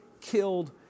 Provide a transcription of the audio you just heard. killed